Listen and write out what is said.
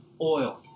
oil